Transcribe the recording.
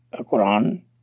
Quran